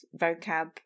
vocab